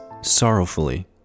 sorrowfully